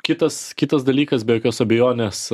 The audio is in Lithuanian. kitas kitas dalykas be jokios abejonės